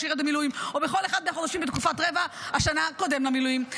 שירת במילואים או בכל אחד מהחודשים בתקופת רבע השנה שקדם למילואים.